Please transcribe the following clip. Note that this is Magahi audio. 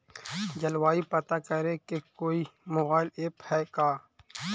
जलवायु पता करे के कोइ मोबाईल ऐप है का?